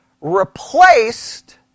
replaced